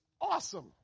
awesome